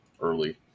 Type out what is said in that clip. early